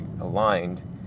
aligned